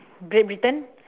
great britain